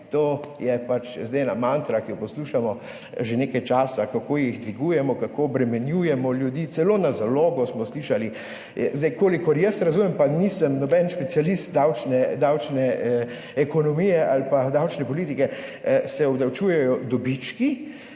To je pač zdaj ena mantra, ki jo poslušamo že nekaj časa, kako jih dvigujemo, kako obremenjujemo ljudi, celo na zalogo, smo slišali. Kolikor jaz razumem, pa nisem noben specialist davčne ekonomije ali davčne politike, se obdavčujejo dobički,